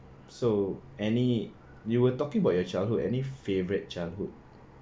so any you were talking about your childhood any favourite childhood